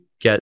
get